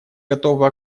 готова